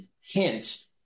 hint